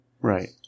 Right